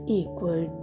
equal